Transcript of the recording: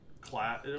class